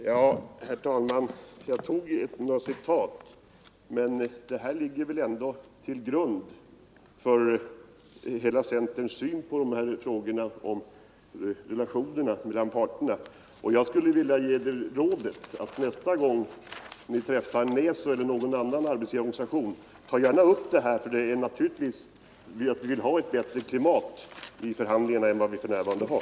Herr talman! Jag valde att bara citera några rader, men det som där sägs ligger väl ändå till grund för centerns hela syn på relationerna mellan parterna. Jag skulle vilja ge er rådet att nästa gång ni träffar NÄSO eller någon annan arbetsgivarorganisation ta upp detta — de fackliga organisationerna vill naturligtvis gärna ha ett bättre klimat i förhandlingarna än vi för närvarande har.